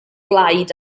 blaid